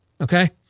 okay